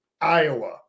Iowa